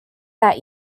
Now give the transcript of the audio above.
that